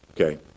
okay